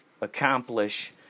Accomplish